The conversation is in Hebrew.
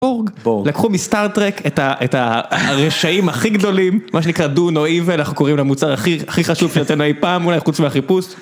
בורג, לקחו מסטארטרק את הרשעים הכי גדולים, מה שנקרא דו נויב, אנחנו קוראים למוצר הכי חשוב שייתנו אי פעם אולי חוץ מהחיפוש.